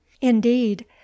indeed